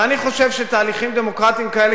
ואני חושב שתהליכים דמוקרטיים כאלה,